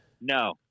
no